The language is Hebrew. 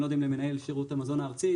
אני לא יודע אם למנהל שירות המזון הארצי,